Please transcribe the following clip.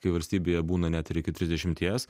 kai valstybėje būna net iki trisdešimties